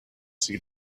see